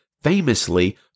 famously